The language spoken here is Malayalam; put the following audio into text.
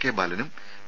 കെ ബാലനും വി